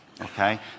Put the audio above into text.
okay